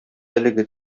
әлеге